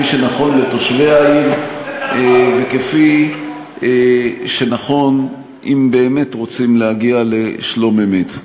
כפי שנכון לתושבי העיר וכפי שנכון אם באמת רוצים להגיע לשלום-אמת.